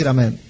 Amen